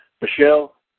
Michelle